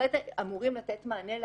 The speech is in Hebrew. בהחלט אמורים לתת מענה לחששות,